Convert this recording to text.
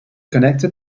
connected